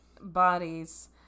bodies